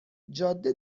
جاده